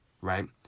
right